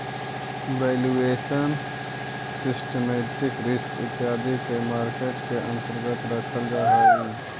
valuation, systematic risk इत्यादि के market के अंतर्गत रखल जा हई